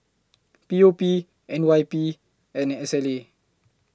P O P N Y P and S L A